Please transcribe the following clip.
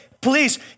Please